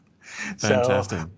Fantastic